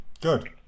Good